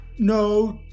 No